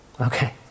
Okay